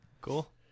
cool